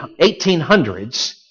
1800s